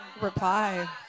Reply